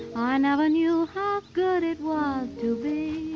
i never knew how good it was to be